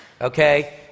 Okay